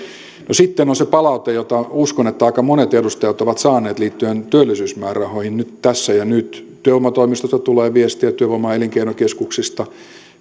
sitten on on se palaute jota uskon että aika monet edustajat ovat saaneet liittyen työllisyysmäärärahoihin tässä ja nyt työvoimatoimistoista tulee viestiä työvoima ja elinkeinokeskuksista